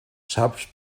saps